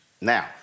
now